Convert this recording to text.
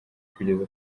kugeza